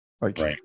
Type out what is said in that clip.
Right